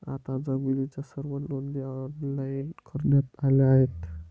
आता जमिनीच्या सर्व नोंदी ऑनलाइन करण्यात आल्या आहेत